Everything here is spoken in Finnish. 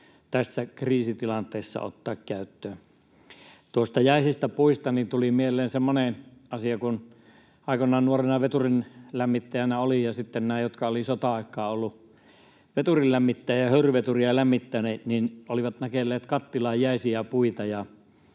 tässä kriisitilanteessa ottaa käyttöön. Noista jäisistä puista tuli mieleen semmoinen asia, kun aikanaan nuorena veturinlämmittäjänä olin ja sitten nämä, jotka olivat sota-aikaan olleet veturinlämmittäjiä ja höyryveturia lämmittäneet, olivat nakelleet kattilaan jäisiä puita,